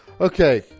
Okay